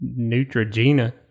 Neutrogena